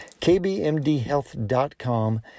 kbmdhealth.com